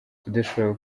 kudashobora